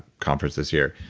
conference this year.